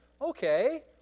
okay